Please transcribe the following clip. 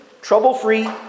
trouble-free